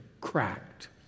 cracked